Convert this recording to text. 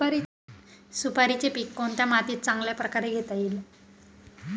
सुपारीचे पीक कोणत्या मातीत चांगल्या प्रकारे घेता येईल?